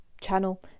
channel